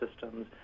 systems